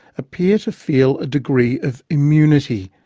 appear to feel a degree of immunity.